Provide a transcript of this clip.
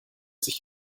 sich